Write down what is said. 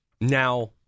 Now